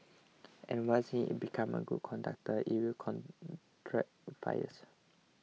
and once it becomes a good conductor it will attract fires